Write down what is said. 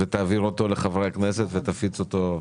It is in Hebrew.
תעביר אותו לחברי הכנסת ונפיץ אותו.